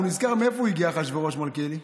הוא נזכר, מאיפה הגיע אחשוורוש, מלכיאלי?